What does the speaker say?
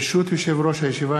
ברשות יושב-ראש הישיבה,